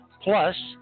Plus